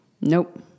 nope